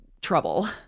trouble